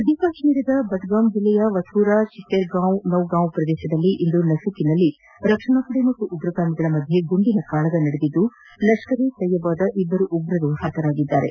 ಮಧ್ಯ ಕಾಶ್ಮೀರದ ಬಡ್ಗಾಮ್ ಜಿಲ್ಲೆಯ ವಥೂರಾ ಚಿತ್ತೆರ್ಗಾಮ್ ನೌಗಾಮ್ ಪ್ರದೇಶದಲ್ಲಿ ಇಂದು ನಸುಕಿನಲ್ಲಿ ರಕ್ಷಣಾ ಪಡೆ ಮತ್ತು ಉಗ್ರರ ಮಧ್ಯೆ ಗುಂಡಿನ ಕಾಳಗ ನಡೆದಿದ್ದು ಲಷ್ಕರ್ ಎ ತೊಯ್ಬಾದ ಇಬ್ಬರು ಉಗ್ರರು ಹತರಾಗಿದ್ದಾರೆ